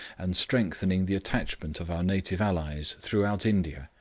and strengthening the attachment of our native allies throughout india,